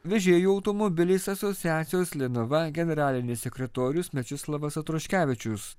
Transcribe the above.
vežėjų automobiliais asociacijos linava generalinis sekretorius mečislovas atroškevičius